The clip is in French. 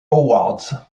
awards